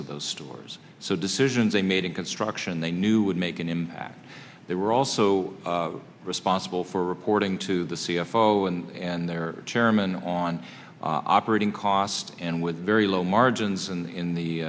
of those stores so decisions they made in construction they knew would make an impact they were also responsible for reporting to the c f o and their chairman on operating cost and with very low margins and in the